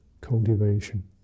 cultivation